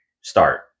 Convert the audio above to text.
start